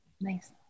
Nice